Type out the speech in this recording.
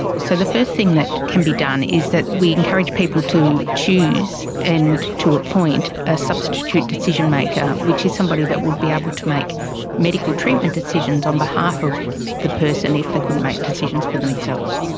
so the first thing that can be done is that we encourage people to choose and to appoint a substitute decision maker, which is somebody who would be able to make medical treatment decisions on behalf of the person if they couldn't make decisions for themselves.